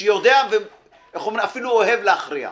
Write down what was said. שאני יודע ואפילו אוהב להכריע.